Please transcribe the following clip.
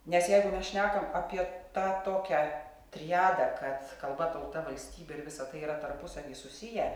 nes jeigu mes šnekam apie tą tokią triadą kad kalba tauta valstybė ir visa tai yra tarpusavy susiję